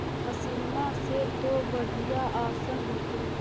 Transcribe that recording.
मसिनमा से तो बढ़िया आसन हो होतो?